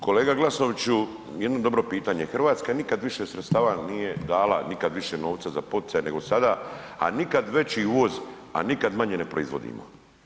Kolega Glasnoviću jedno dobro pitanje, Hrvatska nikad više sredstava nije dala, nikad više za novca za poticaje nego sada, a nikad veći uvoz, a nikad manje ne proizvodimo.